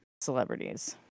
celebrities